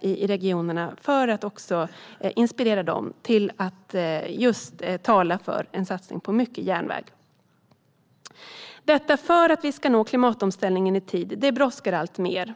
i regionerna för att inspirera dem att tala för en satsning på mycket järnväg. Detta måste göras för att vi ska nå klimatomställningen i tid. Det brådskar alltmer.